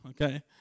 Okay